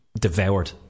devoured